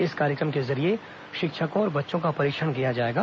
इस कार्यक्रम के जरिये शिक्षकों और बच्चों का परीक्षण किया जाएगा